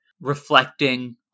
reflecting